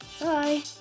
Bye